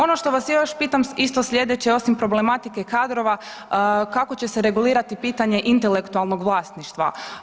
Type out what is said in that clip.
Ono što vas još pitam, isto slijedeće osim problematike kadrova, kako će se regulirati pitanje intelektualnog vlasništva?